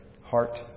heart